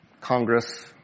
congress